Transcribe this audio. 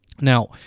Now